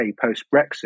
post-Brexit